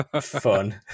fun